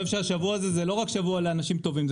אני חושב שהשבוע הזה הוא לא רק שבוע לאנשים טובים,